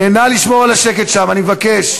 נא לשמור על השקט שם, אני מבקש.